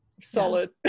solid